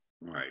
right